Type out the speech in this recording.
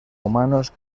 humanos